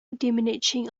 diminishing